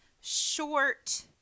short